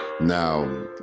Now